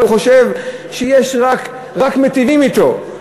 הוא חושב שיש רק מיטיבים אתו.